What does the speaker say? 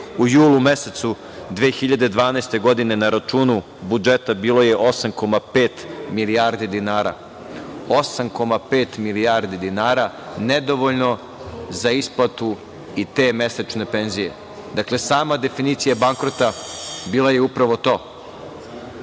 u julu mesecu 2012. godine na računu budžeta bilo je 8,5 milijardi dinara, 8,5 milijardi dinara, nedovoljno za isplatu i te mesečne penzije. Dakle, sama definicija bankrota bila je upravo